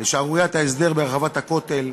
לשערוריית ההסדר ברחבת הכותל.